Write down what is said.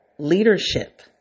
Leadership